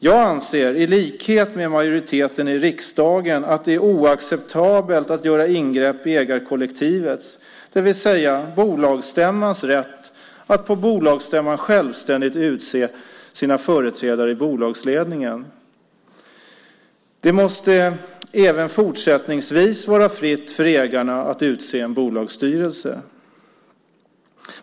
Jag anser i likhet med majoriteten i riksdagen att det är oacceptabelt att göra ingrepp i ägarkollektivets, det vill säga bolagsstämmans, rätt att på bolagsstämman självständigt utse sina företrädare i bolagsledningen. Det måste även fortsättningsvis vara fritt för ägarna att utse bolagsstyrelse.